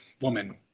woman